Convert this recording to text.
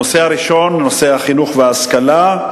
הנושא הראשון הוא נושא החינוך וההשכלה,